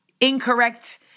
incorrect